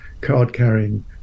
card-carrying